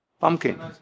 Pumpkin